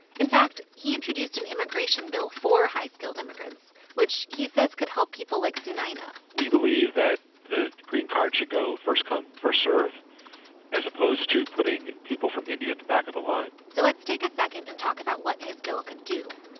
in fact, he introduced an immigration bill for high-skilled immigrants which, he says, could help people like sunayana we believe that the green card should go first come, first serve as opposed to putting people from india at the back of the line so let's take a second and talk about what his bill could do.